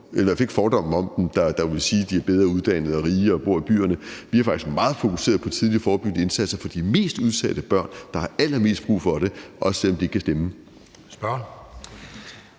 med den fordom, der er om dem, det vil sige, at de er bedre uddannet og rige og bor i byerne. Vi er faktisk meget fokuserede på tidlige forebyggende indsatser for de mest udsatte børn, der har allermest brug for det, også selv om de ikke kan stemme. Kl.